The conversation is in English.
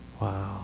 Wow